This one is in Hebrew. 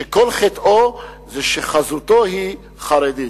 שכל חטאו זה שחזותו חרדית.